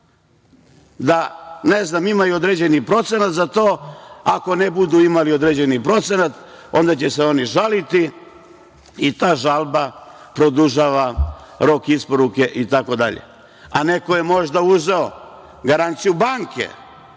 da imaju određeni procenat za to. Ako ne budu imali određeni procenat, onda će se oni žaliti i ta žalba produžava rok isporuke itd, a neko je možda uzeo garanciju banke,